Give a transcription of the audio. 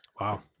Wow